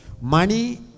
Money